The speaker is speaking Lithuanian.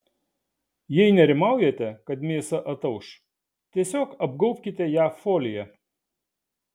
jei nerimaujate kad mėsa atauš tiesiog apgaubkite ją folija